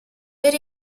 per